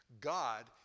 God